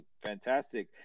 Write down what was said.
fantastic